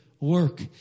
Work